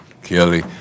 Kelly